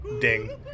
ding